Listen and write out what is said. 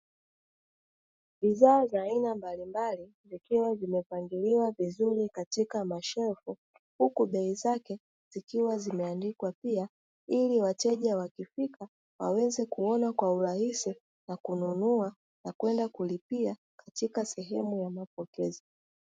Bidhaa za aina mbalimbali zikiwa zimepangiliwa vizuri katika mashelfu, huku bei zake zikiwa zimeandikwa pia ili wateja waweze kuona kwa urahisi na kununua na kwenda kulipia katika sehemu ya mapokezi.